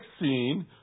scene